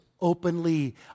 openly